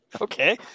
Okay